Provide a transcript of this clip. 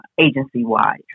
agency-wide